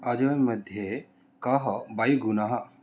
अजान् मध्ये कः वायुगुणः